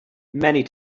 many